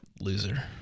Loser